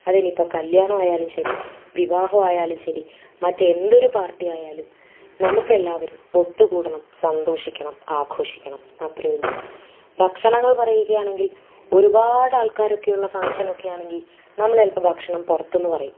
അതിനിപ്പം കല്യാണം ആയാലും ശരി വിവാഹം ആയാലും ശരി മറ്റെന്തൊരു പാർട്ടി ആയാലും നമുക്കെല്ലാവരും ഒത്തുകൂടണം സന്തോഷിക്കണം ആഘോഷിക്കണം അത്രേയുള്ളൂ ഭക്ഷണങ്ങൾ പറയുകയാണെങ്കിൽ ഒരുപാട് ആൾക്കാരൊക്കെയുള്ള ഫങ്ക്ഷനൊക്കെയാണെങ്കിൽ നമ്മളൽപ്പം ഭക്ഷണം പുറത്ത് നിന്ന് പറയും